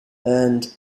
earned